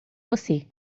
você